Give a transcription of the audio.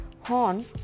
horn